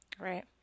right